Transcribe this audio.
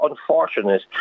unfortunate